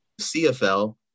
CFL